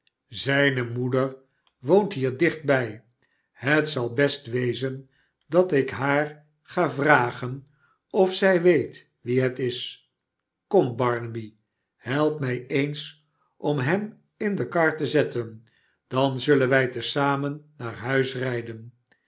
zijne moeder woont hier dichtbij het zal best wezen dat ik haar ga vragen of zij weet wie het is kom barnaby help mij eens om hem in de kar te zetten dan zullen wij te zamen naar huis rijden